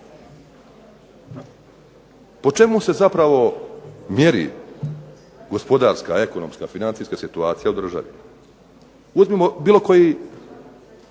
Po čemu se zapravo mjeri gospodarska, ekonomska, financijska situacija u državi? Uzmimo bilo koji